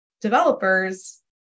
developers